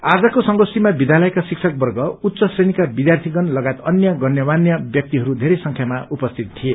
आजको संगोष्ठीमा विद्यालयका शिक्षकवर्ग उच्च श्रेणीका विद्यार्थीगण लगायत अन्य गण्यमान्य व्यक्तिहरू धेरै संख्यामा उपस्थित थिए